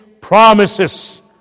promises